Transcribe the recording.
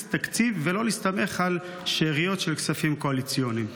תקציב ולא להסתמך על שאריות של כספים קואליציוניים?